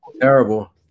terrible